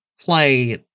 play